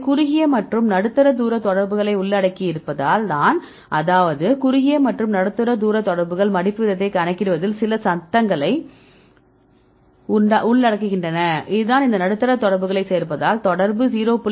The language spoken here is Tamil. அவை குறுகிய மற்றும் நடுத்தர தூர தொடர்புகளை உள்ளடக்கியிருப்பதால் தான் அதாவது குறுகிய மற்றும் நடுத்தர தூர தொடர்புகள் மடிப்பு வீதத்தைக் கணக்கிடுவதில் சில சத்தங்களை உள்ளடக்குகின்றன இதுதான் இந்த நடுத்தர தூர தொடர்புகளை சேர்த்தால் தொடர்பு 0